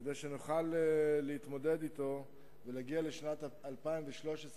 כדי שנוכל להתמודד אתו ולהגיע לשנת 2013,